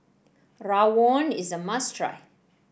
Rawon is a must try